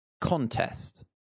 contest